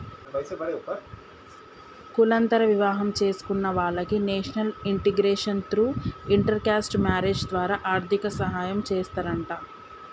కులాంతర వివాహం చేసుకున్న వాలకి national integration through inter caste marriage ద్వారా ఆర్థిక సాయం చేస్తారంట